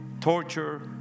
torture